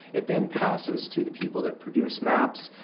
it then passes to the people that produce maps,